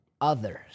others